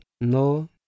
no